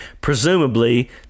presumably